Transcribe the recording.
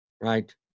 right